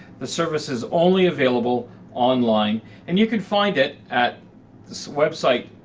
the service is only available online and you can find it at this website,